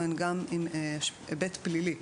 הן רלוונטיות.